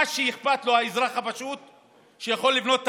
מה שאכפת לאזרח הפשוט זה שהוא יוכל לבנות את